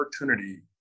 opportunity